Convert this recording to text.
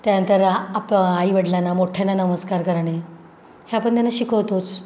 त्यानंतर आप आई वडलांना मोठ्यांना नमस्कार करणे हे आपण त्यांना शिकवतोच